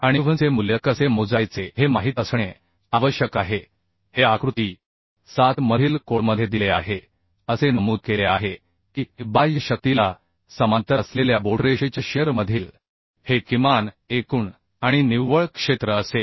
आणि AVNचे मूल्य कसे मोजायचे हे माहित असणे आवश्यक आहे हे आकृती 7 मधील कोडमध्ये दिले आहे असे नमूद केले आहे की बाह्य शक्तीला समांतर असलेल्या बोट रेषेच्या शिअर मधील हे किमान एकूण आणि निव्वळ क्षेत्र असेल